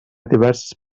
diverses